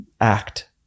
act